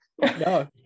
No